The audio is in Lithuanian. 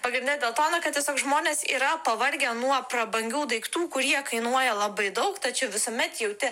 pagrinde dėl to na kad tiesiog žmonės yra pavargę nuo prabangių daiktų kurie kainuoja labai daug tačiau visuomet jauti